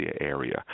area